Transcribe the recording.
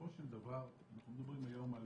בסופו של דבר, אנחנו מדברים היום על